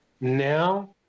Now